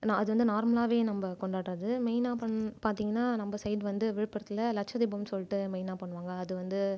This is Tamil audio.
அது வந்து நார்மலாகவே நம்ம கொண்டாடுறது மெயினாக பார்த்திங்கன்னா நம்ப சைடு வந்து விழுப்புரத்தில் லட்ச தீபம் சொல்லிவிட்டு மெயினாக பண்ணுவாங்க அது வந்து